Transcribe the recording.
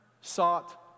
sought